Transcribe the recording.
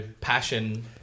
passion